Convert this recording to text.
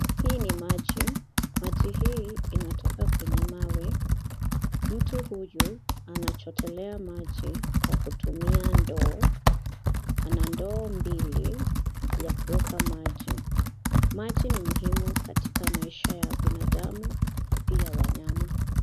Hii ni maji, maji hii inatoka kwenye mawe, mtu huyu anachotelea maji kwa kutumia ndoo, ana ndoo mbili ya kuweka maji, maji ni muhimu katika maisha ya binadamu, pia wanyama.